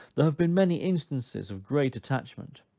there have been many instances of great attachment.